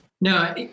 no